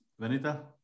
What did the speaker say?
Vanita